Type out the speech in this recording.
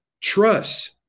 Trust